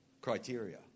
criteria